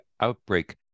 outbreak